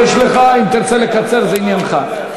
ואם תרצה לקצר זה עניינך.